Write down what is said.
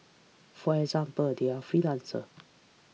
for example they are freelancers